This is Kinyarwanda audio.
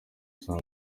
saa